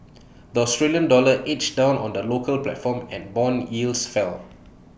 the Australian dollar edged down on the local platform and Bond yields fell